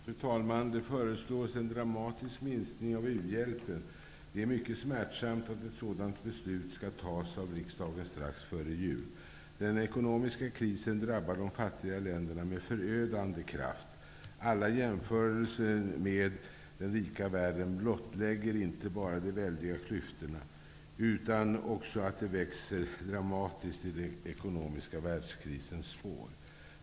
Fru talman! Det föreslås en dramatisk minskning av u-hjälpen. Det är mycket smärtsamt att ett sådant beslut skall fattas av riksdagen strax före jul. Den ekonomiska krisen drabbar de fattiga länderna med förödande kraft. Alla jämförelser med den rika världen blottlägger inte bara de väldiga klyftorna utan också att de växer dramatiskt i den ekonomiska världskrisens spår.